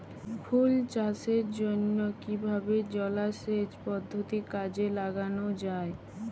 ফুল চাষের জন্য কিভাবে জলাসেচ পদ্ধতি কাজে লাগানো যাই?